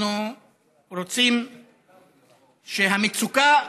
אנחנו רוצים שהמצוקה,